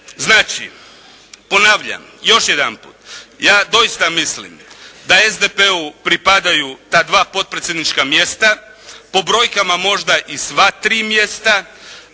Znači ponavljam još jedanput. Ja doista mislim da SDP-u pripadaju ta dva potpredsjednička mjesta, po brojkama možda i sva tri mjesta,